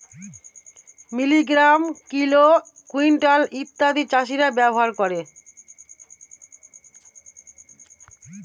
milligram, kilo, quintal ইত্যাদি চাষীরা ব্যবহার করে